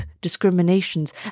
discriminations